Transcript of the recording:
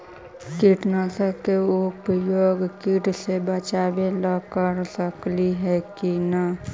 कीटनाशक के उपयोग किड़ा से बचाव ल कर सकली हे की न?